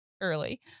early